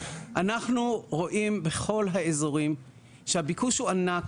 אנחנו רואים בכל האזורים שהביקוש הוא ענק,